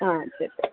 ஆ சரி